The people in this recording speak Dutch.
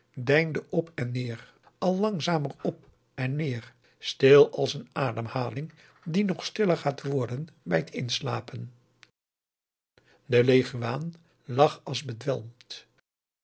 deinde op en neer al langzamer op en neer stil als een ademhaling die nog stiller gaat worden bij het inslapen de leguaan lag als